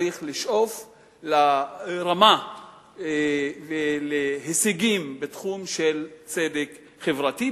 צריך לשאוף לרמה ולהישגים בתחום של צדק חברתי,